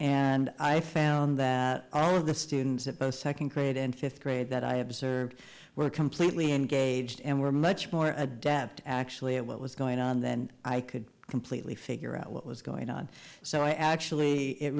and i found that all of the students at both second grade and fifth grade that i observed were completely engaged and were much more adept actually at what was going on then i could completely figure out what was going on so i actually